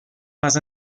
más